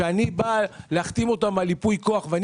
כשאני בא להחתים אותם על ייפוי כוח ואני